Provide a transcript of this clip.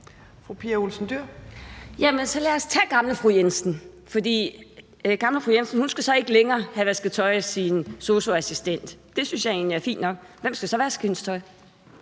Jensen, for gamle fru Jensen skal så ikke længere have vasket tøj af sin sosu-assistent. Det synes jeg egentlig er fint nok, men hvem skal så vaske hendes tøj?